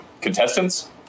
contestants